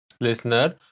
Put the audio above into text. Listener